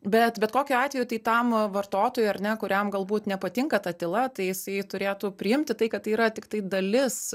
bet bet kokiu atveju tai tam vartotojui ar ne kuriam galbūt nepatinka ta tyla tai jisai turėtų priimti tai kad tai yra tiktai dalis